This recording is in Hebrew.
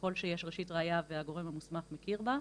ככל שיש ראשית ראיה והגורם המוסמך מכיר בה,